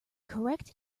correct